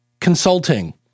consulting